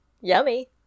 yummy